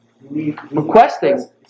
requesting